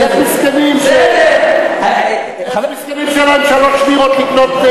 יש מסכנים שאין להם שלוש דירות לקנות,